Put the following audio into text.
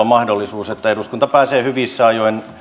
mahdollisuus että eduskunta pääsee hyvissä ajoin